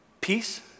peace